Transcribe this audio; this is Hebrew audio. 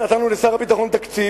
נתנו לשר הביטחון תקציב,